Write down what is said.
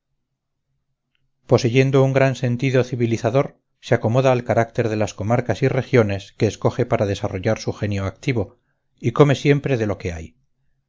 poseyendo un gran sentido civilizador se acomoda al carácter de las comarcas y regiones que escoge para desarrollar su genio activo y come siempre de lo que hay